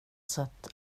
satt